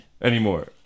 Anymore